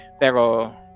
Pero